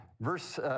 Verse